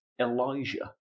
Elijah